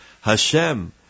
Hashem